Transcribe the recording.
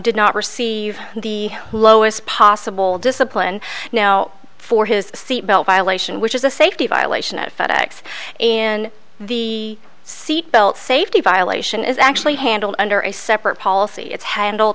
did not receive the lowest possible discipline now for his seatbelt violation which is a safety violation effects in the seat belt safety violation is actually handled under a separate policy it's handled